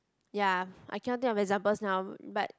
ya I cannot think of examples now but